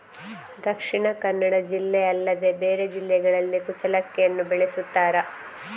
ದಕ್ಷಿಣ ಕನ್ನಡ ಜಿಲ್ಲೆ ಅಲ್ಲದೆ ಬೇರೆ ಜಿಲ್ಲೆಗಳಲ್ಲಿ ಕುಚ್ಚಲಕ್ಕಿಯನ್ನು ಬೆಳೆಸುತ್ತಾರಾ?